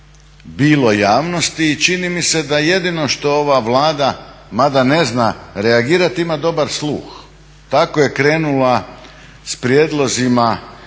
bilo javnosti i čini mi se da jedino što ova Vlada mada ne zna reagirati ima dobar sluh. Tako je krenula s prijedlozima